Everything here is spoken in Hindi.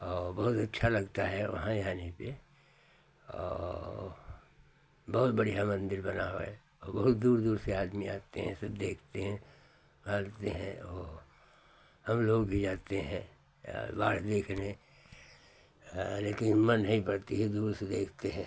और बहुत अच्छा लगता है वहाँ जाने पे और बहुत बढ़िया मन्दिर बना हुआ है और बहुत दूर दूर से आदमी आते हैं सब देखते हैं भालते हैं और हम लोग भी जाते हैं या बाढ़ देखने हाँ लेकिन हिम्मत नहीं पड़ती है दूर से देखते हैं